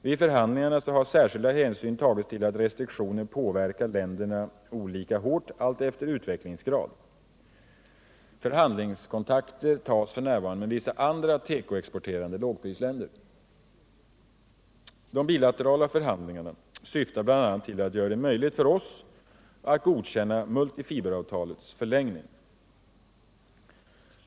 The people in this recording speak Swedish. Vid förhandlingarna har särskilda hänsyn tagits till att restriktioner påverkar länder olika hårt alltefter utvecklingsgrad. Förhandlingskontakter tas f. n. med vissa andra tekoexporterande lågprisländer. De bilaterala förhandlingarna syftar bl.a. till att göra det möjligt för oss att godkänna multifiberavtalets förlängning.